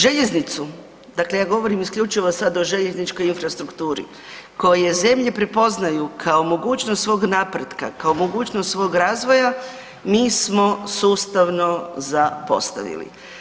Željeznicu, dakle ja govorim isključivo sad o željezničkoj infrastrukturi koje zemlje prepoznaju kao mogućnost svog napretka, kao mogućnost svog razvoja, mi smo sustavno zapostavili.